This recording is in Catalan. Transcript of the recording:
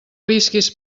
visquis